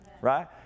right